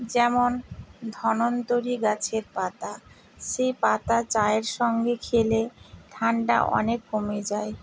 যেমন ধন্বন্তরি গাছের পাতা সেই পাতা চায়ের সঙ্গে খেলে ঠান্ডা অনেক কমে যায়